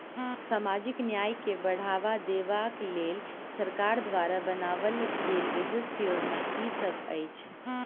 सामाजिक न्याय केँ बढ़ाबा देबा केँ लेल सरकार द्वारा बनावल गेल विशिष्ट योजना की सब अछि?